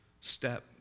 step